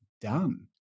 done